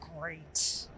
great